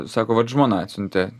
sako vat žmona atsiuntė